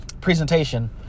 presentation